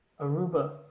Aruba